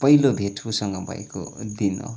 पहिलो भेट उसँग भएको दिन हो